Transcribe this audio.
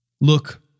Look